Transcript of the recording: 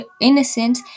innocent